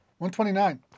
129